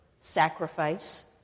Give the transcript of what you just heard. sacrifice